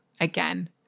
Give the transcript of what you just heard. again